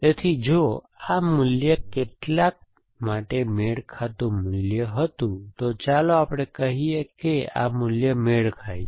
તેથી જો આ મૂલ્ય કેટલાક માટે મેળ ખાતું મૂલ્ય હતું તો ચાલો આપણે કહીએ કે આ મૂલ્ય મેળ ખાય છે